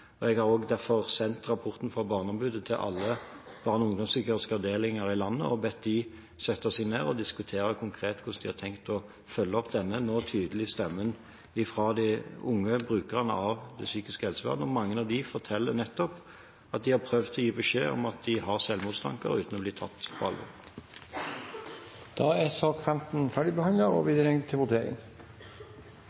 ungdomspsykiatrien. Jeg har derfor sendt rapporten fra Barneombudet til alle barne- og ungdomspsykiatriske avdelinger i landet og bedt dem sette seg ned og diskutere konkret hvordan de har tenkt å følge opp denne, på bakgrunn av den tydelige stemmen fra de unge brukerne av det psykiske helsevernet. Mange av dem forteller nettopp at de har prøvd å gi beskjed om at de har selvmordstanker, uten å bli tatt på alvor. Dermed er debatten i sak nr. 15 avsluttet. Da er vi